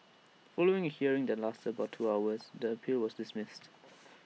following A hearing that lasted about two hours the appeal was dismissed